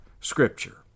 Scripture